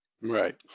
Right